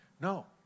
No